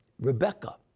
Rebecca